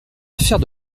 affaire